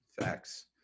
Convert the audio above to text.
Facts